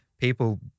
People